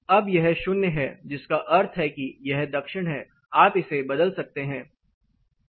अब यह शून्य है जिसका अर्थ है कि यह दक्षिण है आप इसे बदल सकते हैं